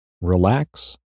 relax